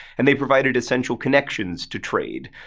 and they provided essential connections to trade.